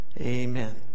amen